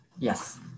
Yes